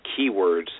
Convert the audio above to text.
keywords